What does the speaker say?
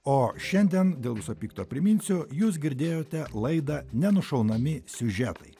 o šiandien dėl viso pikto priminsiu jūs girdėjote laidą nenušaunami siužetai